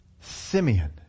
Simeon